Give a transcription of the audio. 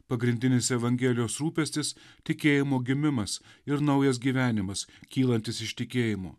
pagrindinis evangelijos rūpestis tikėjimo gimimas ir naujas gyvenimas kylantis iš tikėjimo